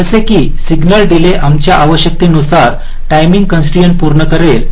जसे की signal delay आमच्या आवश्यकतानुसार टाईमिंग कॉन्स्ट्रईन्स पूर्ण करेल